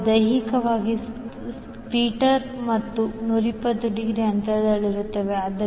ಅವರು ದೈಹಿಕವಾಗಿ ಸ್ಟೇಟರ್ ಸುತ್ತ 120 ಡಿಗ್ರಿ ಅಂತರದಲ್ಲಿರುತ್ತಾರೆ